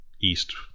east